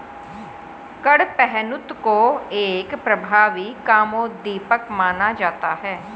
कडपहनुत को एक प्रभावी कामोद्दीपक माना जाता है